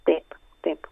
taip taip